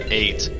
eight